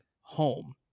home